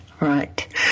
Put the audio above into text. Right